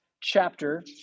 chapter